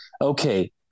okay